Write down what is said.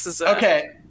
Okay